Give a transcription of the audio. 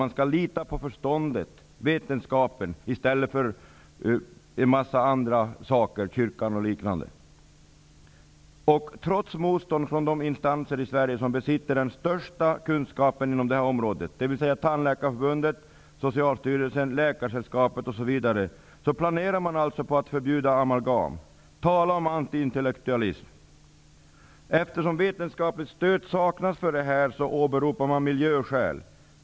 Man skall lita på förståndet och vetenskapen i stället för på en mängd andra saker, t.ex. kyrkan. Trots motstånd från de instanser i Sverige som besitter den största kunskapen inom detta område, dvs. Tandläkarförbundet, Socialstyrelsen, Läkaresällskapet osv., planerar man att förbjuda amalgam. Tala om antiintellektualism! Eftersom vetenskapligt stöd saknas åberopar man miljöskäl.